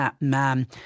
man